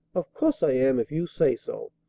of course i am if you say so.